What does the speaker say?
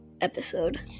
episode